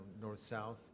north-south